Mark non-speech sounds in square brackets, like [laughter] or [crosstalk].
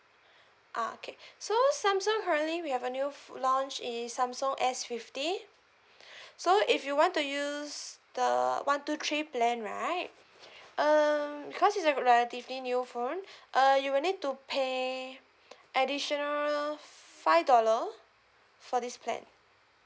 ah okay so samsung currently we have a new ph~ launch is samsung S fifty [breath] so if you want to use the one two three plan right um because it's a relatively new phone [breath] uh you will need to pay additional five dollar for this plan